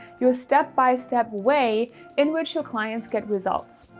your step-by-step way in which your clients get results.